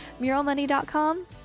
Muralmoney.com